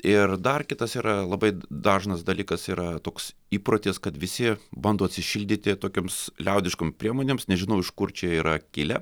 ir dar kitas yra labai dažnas dalykas yra toks įprotis kad visi bando atsišildyti tokioms liaudiškom priemonėms nežinau iš kur čia yra kilę